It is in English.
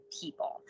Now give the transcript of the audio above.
people